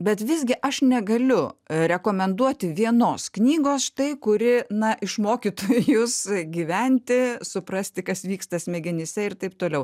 bet visgi aš negaliu rekomenduoti vienos knygos štai kuri na išmokytų jus gyventi suprasti kas vyksta smegenyse ir taip toliau